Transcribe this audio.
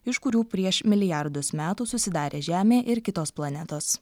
iš kurių prieš milijardus metų susidarė žemė ir kitos planetos